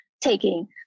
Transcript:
taking